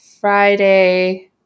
Friday